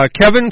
Kevin